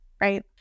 right